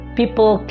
people